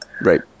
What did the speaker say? Right